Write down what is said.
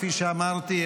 כפי שאמרתי,